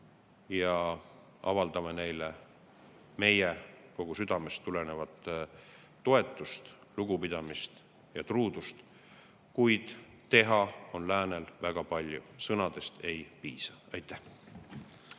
avaldame neile meie kogu südamest tulevat toetust, lugupidamist ja truudust. Kuid teha on läänel väga palju, sõnadest ei piisa. Aitäh!